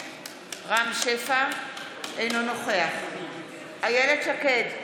אינו נוכח איילת שקד,